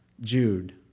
Jude